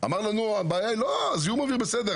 אצל אבי שימחון והוא אמר לנו שזיהום האויר בסדר,